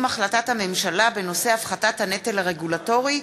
החלטת ממשלה בנושא הפחתת הנטל הרגולטורי.